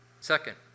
Second